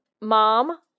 mom